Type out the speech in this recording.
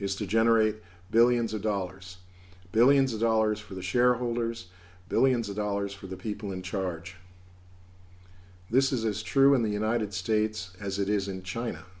to generate billions of dollars billions of dollars for the shareholders billions of dollars for the people in charge this is as true in the united states as it is in china